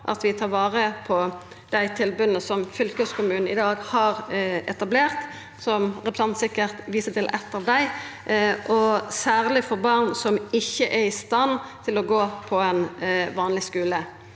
vi tar vare på dei tilboda som fylkeskommunen i dag har etablert – representanten viser sikkert til eitt av dei – særleg for barn som ikkje er i stand til å gå på ein vanleg skule.